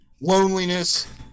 loneliness